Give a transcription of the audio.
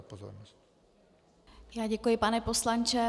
Já děkuji, pane poslanče.